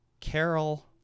Carol